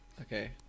Okay